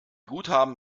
guthaben